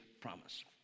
promise